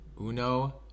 Uno